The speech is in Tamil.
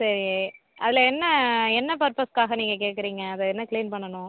சரி அதில் என்ன என்ன பரப்பஸ்சுக்காக நீங்கள் கேட்குறீங்க அது என்ன க்ளீன் பண்ணணும்